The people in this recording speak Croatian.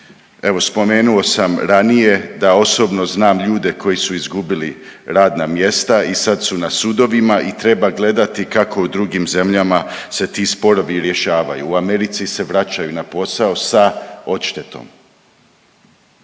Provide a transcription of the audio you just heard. Evo spomenuo sam ranije da osobno znam ljude koji su izgubili radna mjesta i sad su na sudovima i treba gledati kako u drugim zemljama se ti sporovi rješavaju. U Americi se vraćaju na posao sa odštetom.